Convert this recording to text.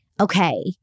okay